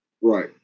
Right